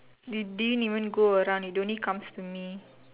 it didn't even go around it only comes to me